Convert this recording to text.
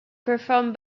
performance